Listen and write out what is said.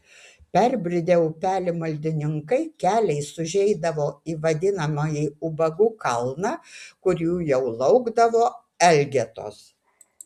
perbridę upelį maldininkai keliais užeidavo į vadinamąjį ubagų kalną kur jų jau laukdavo elgetos